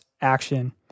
action